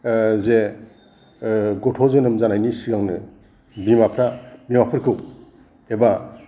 जे गथ' जोनोम जानायनि सिगांनो बिमाफ्रा बिमाफोरखौ एबा